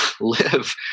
live